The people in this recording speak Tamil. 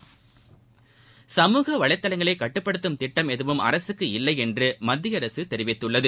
ம் பி சமூக வலைதளங்களை கட்டுப்படுத்தும் திட்டம் எதுவும் அரசுக்கு இல்லை என்று மத்திய அரசு தெரிவித்துள்ளது